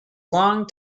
long